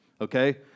okay